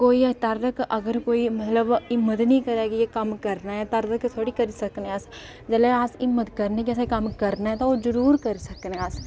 अगर कोई तां तगर मतलब हिम्मत नीं करै कम्म करने दी तां तगर थोह्ड़ी सकने आं अस जिसलै अस हिम्मत करने आं कि एह् कम्म करना तां ओह् कम्म जरूर करी सकनेआं अस